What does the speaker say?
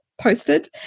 posted